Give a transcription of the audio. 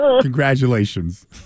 Congratulations